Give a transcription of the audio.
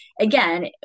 again